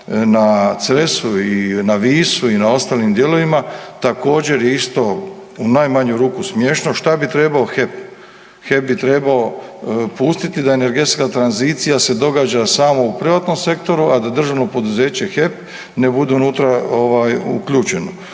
na Cresu i na Visu i na ostalim dijelovima, također, je isto u najmanju ruku, smiješno, što bi trebao HEP? HEP bi trebao pustiti da energetska tranzicija se događa samo u privatnom sektoru, a da državno poduzeće HEP ne bude unutra uključeno.